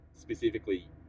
specifically